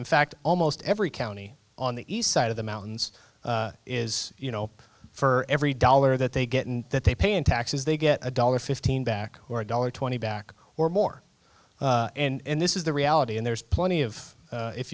in fact almost every county on the east side of the mountains is you know for every dollar that they get and that they pay in taxes they get a dollar fifteen back or a dollar twenty back or more and this is the reality and there's plenty of